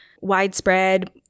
widespread